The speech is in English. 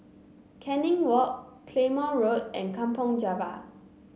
Canning Walk Claymore Road and Kampong Java